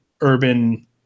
urban